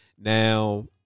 now